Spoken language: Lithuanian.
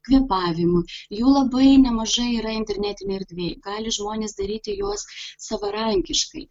kvėpavimui jų labai nemažai yra internetinėj erdvėj gali žmonės daryti juos savarankiškai